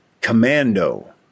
Commando